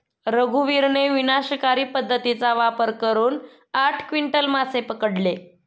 रघुवीरने विनाशकारी पद्धतीचा वापर करून आठ क्विंटल मासे पकडले